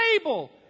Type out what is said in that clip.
able